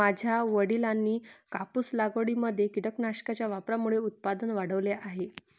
माझ्या वडिलांनी कापूस लागवडीमध्ये कीटकनाशकांच्या वापरामुळे उत्पादन वाढवले आहे